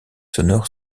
sonores